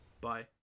Bye